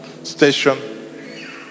station